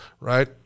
Right